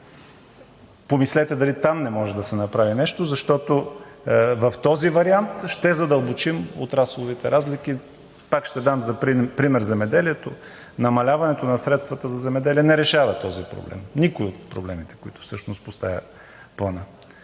Помислете дали там не може да се направи нещо, защото в този вариант ще задълбочим отрасловите разлики. Пак ще дам за пример земеделието – намаляването на средствата за земеделие не решава този проблем, никой от проблемите, както всъщност и Планът.